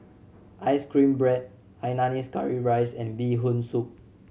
ice cream bread hainanese curry rice and Bee Hoon Soup